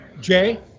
Jay